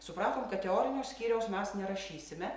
supratom kad teorinio skyriaus mes nerašysime